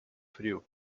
frio